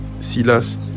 Silas